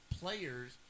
players